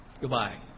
goodbye